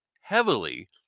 heavily